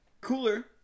Cooler